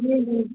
जी जी